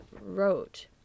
wrote